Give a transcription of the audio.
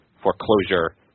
foreclosure